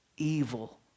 evil